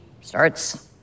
starts